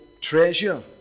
treasure